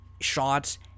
shots